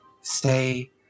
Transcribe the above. say